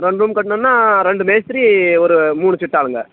rent room கட்ணுன்னா ரெண்டு மேஸ்த்ரி ஒரு மூணு சித்தாளுங்க